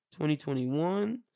2021